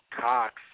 Cox